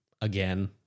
again